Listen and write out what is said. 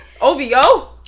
OVO